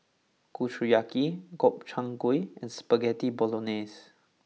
Kushiyaki Gobchang Gui and Spaghetti Bolognese